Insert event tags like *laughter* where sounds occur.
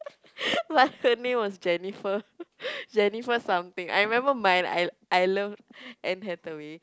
*laughs* plus her name was Jennifer *laughs* Jennifer something I remember mine I I love Anne-Hathaway